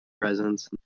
presence